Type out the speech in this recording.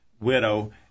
widow